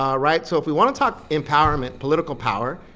um right? so if we wanna talk empowerment, political power,